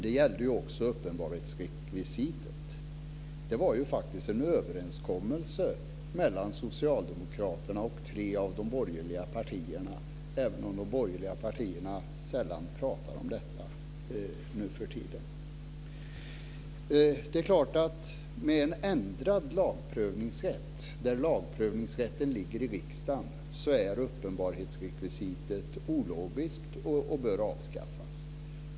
Det gällde också uppenbarhetsrekvisitet. Det var faktiskt en överenskommelse mellan socialdemokraterna och tre av de borgerliga partierna även om de borgerliga partierna sällan pratar om detta nu för tiden. Det är klart att med en ändrad lagprövningsrätt, där lagprövningsrätten ligger i riksdagen, är uppenbarhetsrekvisitet ologiskt och bör avskaffas.